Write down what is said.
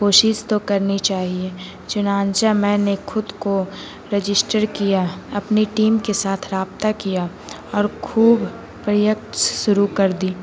کوشش تو کرنی چاہیے چنانچہ میں نے خود کو رجسٹر کیا اپنی ٹیم کے ساتھ رابطہ کیا اور خوب پریکت شروع کر دی